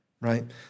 right